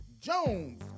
Jones